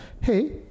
hey